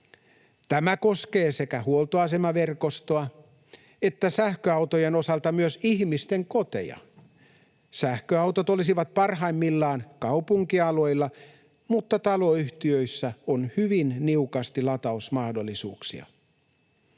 Tämä koskee sekä huoltoasemaverkostoa että sähköautojen osalta myös ihmisten koteja. Sähköautot olisivat parhaimmillaan kaupunkialueilla, mutta taloyhtiöissä on hyvin niukasti latausmahdollisuuksia